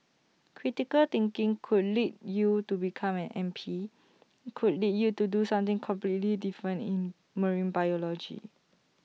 critical thinking could lead you to become an M P could lead you to do something completely different in marine biology